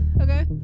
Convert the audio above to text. okay